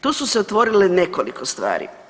Tu su se otvorile nekoliko stvari.